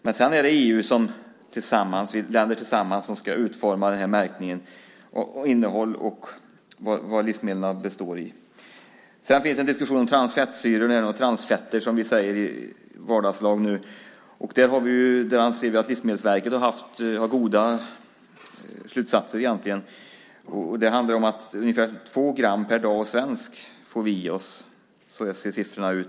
Men sedan är det EU:s länder som tillsammans ska utforma den här märkningen, vad livsmedlen består av och innehåller. Sedan finns en diskussion om transfettsyror, eller transfetter som vi säger i vardagslag nu. Där anser vi att Livsmedelsverket har dragit goda slutsatser egentligen. Det handlar om att vi får i oss ungefär 2 gram per dag och svensk. Så ser siffrorna ut.